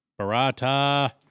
Barata